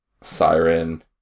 Siren